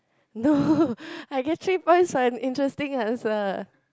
no I get three points for an interesting answer